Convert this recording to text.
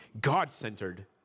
God-centered